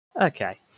Okay